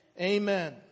Amen